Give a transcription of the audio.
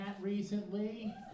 recently